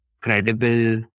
credible